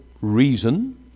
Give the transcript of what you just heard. reason